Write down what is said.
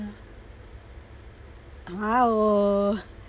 !aww!